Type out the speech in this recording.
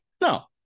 No